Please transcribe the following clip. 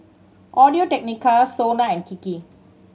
Audio Technica SONA and Kiki